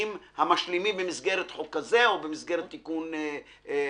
המשלימים במסגרת חוק כזה או במסגרת תיקון אחר.